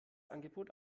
angebot